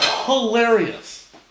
hilarious